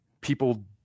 people